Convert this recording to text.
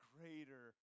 greater